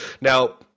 Now